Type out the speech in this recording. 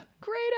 Great